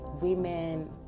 Women